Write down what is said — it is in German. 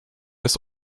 des